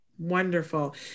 Wonderful